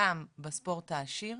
גם בספורט העשיר.